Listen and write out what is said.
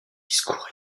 discours